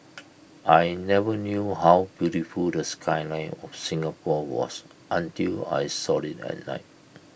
I never knew how beautiful the skyline of Singapore was until I saw IT at night